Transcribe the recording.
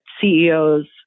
CEOs